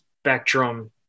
spectrum